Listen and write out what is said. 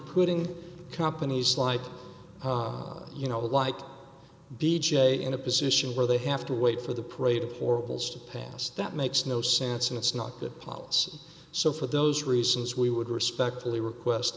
putting companies like you know like b j in a position where they have to wait for the parade of horribles to pass that makes no sense and it's not the plots so for those reasons we would respectfully request